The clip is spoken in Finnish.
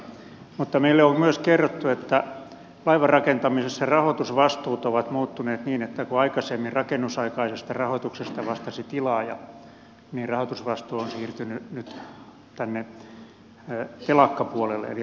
mutta meille on myös kerrottu että laivanrakentamisessa rahoitusvastuut ovat muuttuneet niin että kun aikaisemmin rakennusaikaisesta rahoituksesta vastasi tilaaja niin rahoitusvastuu on siirtynyt nyt tänne telakkapuolelle eli rakentajalle